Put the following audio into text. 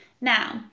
Now